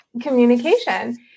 communication